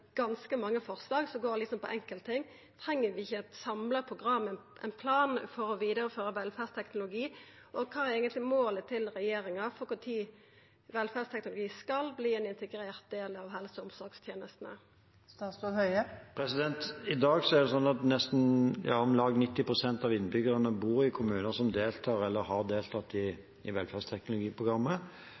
ganske mange forslag som går på enkeltting. Treng vi ikkje eit samla program, ein plan, for å vidareføra velferdsteknologi, og kva er eigentleg målet til regjeringa for når velferdsteknologi skal verta ein integrert del av helse- og omsorgstenestene? I dag bor om lag 90 pst. av innbyggerne i kommuner som deltar eller har deltatt i Velferdsteknologiprogrammet. Det er registrert ca. 82 000 brukere av velferdsteknologi, og de fleste av dem er i